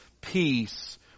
peace